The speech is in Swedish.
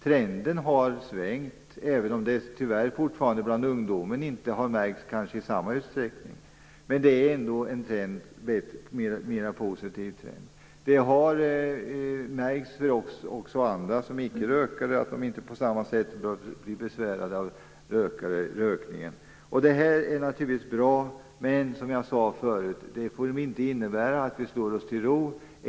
Trenden har svängt, även om det tyvärr fortfarande inte har märkts i samma utsträckning bland ungdomen. Men det är ändå en mer positiv trend. Det har också märkts för icke-rökare. De behöver inte på samma sätt bli besvärade av rökningen. Det här är naturligtvis bra, men som jag sade förut får det inte innebära att vi slår oss till ro.